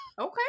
okay